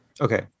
Okay